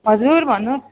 हजुर भन्नुहोस्